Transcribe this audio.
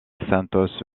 santos